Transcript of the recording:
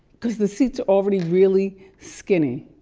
cause the seats are already really skinny.